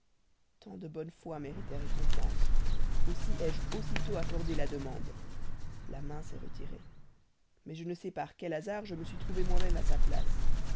tant de bonne foi méritait récompense aussi ai-je aussitôt accordé la demande la main s'est retirée mais je ne sais par quel hasard je me suis trouvé moi-même à sa place